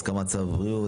הסכמת שר הבריאות.